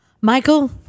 Michael